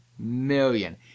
Million